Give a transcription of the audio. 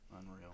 Unreal